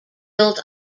built